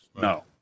No